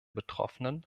betroffenen